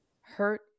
hurt